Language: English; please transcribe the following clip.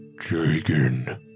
Jagan